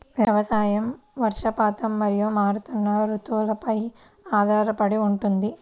వ్యవసాయం వర్షపాతం మరియు మారుతున్న రుతువులపై ఆధారపడి ఉంటుంది